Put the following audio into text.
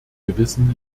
gewissen